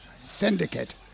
Syndicate